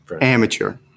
Amateur